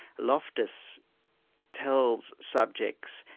loftus tells subjects,